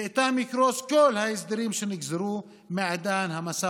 ואיתה יקרסו כל ההסדרים שנגזרו מעידן המשא